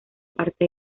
parte